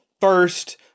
first